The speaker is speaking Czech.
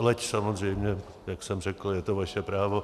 Leč samozřejmě, jak jsem řekl, je to vaše právo.